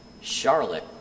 Charlotte